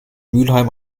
mülheim